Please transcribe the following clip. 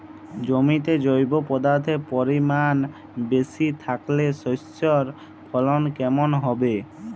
জমিতে জৈব পদার্থের পরিমাণ বেশি থাকলে শস্যর ফলন কেমন হবে?